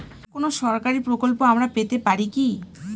কোন সরকারি প্রকল্প আমরা পেতে পারি কি?